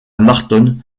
marton